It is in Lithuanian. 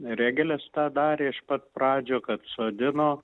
rėgelis tą darė iš pat pradžių kad sodino